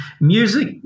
music